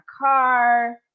car